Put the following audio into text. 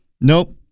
nope